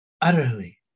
Utterly